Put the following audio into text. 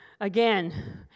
again